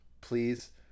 please